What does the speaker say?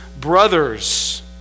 brothers